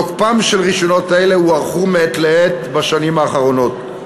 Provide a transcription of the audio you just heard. תוקפם של רישיונות אלה הוארך מעת לעת בשנים האחרונות,